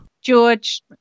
George